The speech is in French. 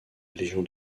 légion